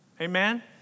Amen